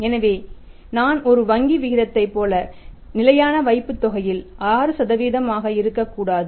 எனவே நான் ஒரு வங்கி வீதத்தைப் போல நிலையான வைப்புத்தொகையில் 6 ஆக இருக்கக்கூடாது